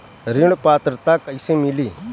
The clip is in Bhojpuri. ऋण पात्रता कइसे मिली?